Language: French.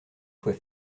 soit